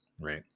Right